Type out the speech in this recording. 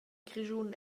grischun